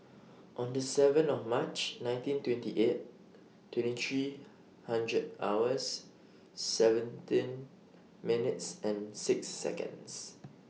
on The seven of March nineteen twenty eight twenty three hundred hours seventeen minutes and six Seconds